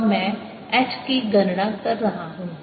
और मैं H की गणना कर रहा हूं